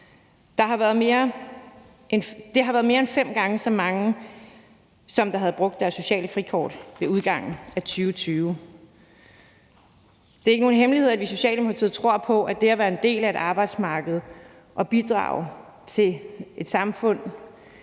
Det er mere end fem gange så mange som dem, der havde brugt deres sociale frikort ved udgangen af 2020. Det er ikke nogen hemmelighed, at vi i Socialdemokratiet tror på, at det at være en del af arbejdsmarkedet og bidrage til et samfund,